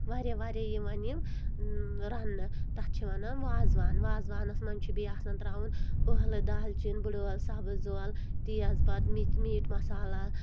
واریاہ واریاہ یِوان یِم رَننہٕ تَتھ چھِ وَنان وازوان وازوانَس منٛز چھِ بیٚیہِ آسان ترٛاوُن ٲلہٕ دالچیٖن بٕڈٲل سَبٕز ٲلۍ سبز پَتہٕ میٖٹ مسالا